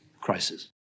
crisis